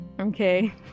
okay